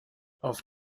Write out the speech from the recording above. auf